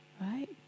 right